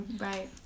right